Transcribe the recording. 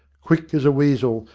quick as a weasel,